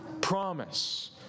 promise